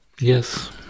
yes